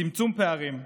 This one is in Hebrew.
צמצום פערים,